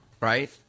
right